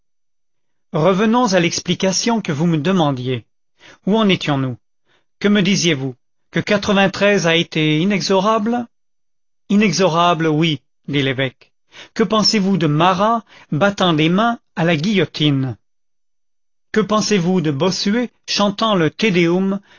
revenons à l'explication que vous me demandiez où en étions-nous que me disiez-vous que a été inexorable inexorable oui dit l'évêque que pensez-vous de marat battant des mains à la guillotine que pensez-vous de bossuet chantant le te